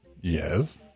Yes